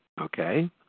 Okay